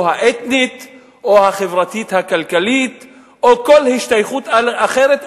האתנית או החברתית-הכלכלית או כל השתייכות אחרת,